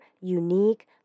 unique